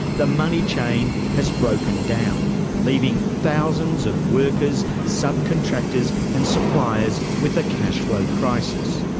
the money chain has broken down leaving thousands of workers, subcontractors and suppliers with a cash flow crisis.